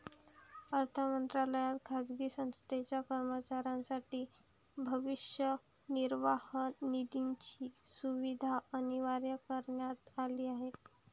अर्थ मंत्रालयात खाजगी संस्थेच्या कर्मचाऱ्यांसाठी भविष्य निर्वाह निधीची सुविधा अनिवार्य करण्यात आली आहे